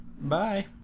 Bye